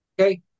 okay